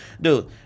dude